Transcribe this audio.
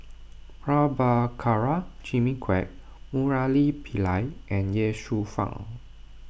Prabhakara Jimmy Quek Murali Pillai and Ye Shufang